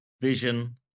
vision